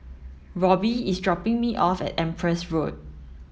Robby is dropping me off at Empress Road